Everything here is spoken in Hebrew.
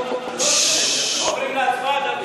עוברים להצבעה, דוד.